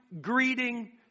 greeting